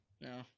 no